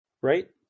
Right